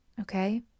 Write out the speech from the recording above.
okay